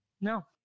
No